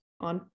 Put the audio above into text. on